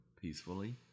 peacefully